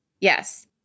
Yes